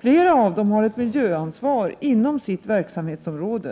Flera av dem har ett miljöansvar inom sitt verksamhetsområde.